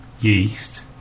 yeast